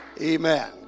amen